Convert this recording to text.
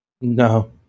No